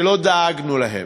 שלא דאגנו להם.